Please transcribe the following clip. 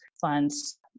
funds